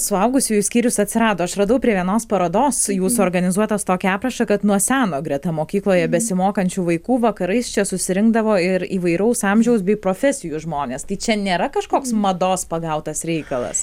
suaugusiųjų skyrius atsirado aš radau prie vienos parodos jūsų organizuotos tokį aprašą kad nuo seno greta mokykloje besimokančių vaikų vakarais čia susirinkdavo ir įvairaus amžiaus bei profesijų žmonės tai čia nėra kažkoks mados pagautas reikalas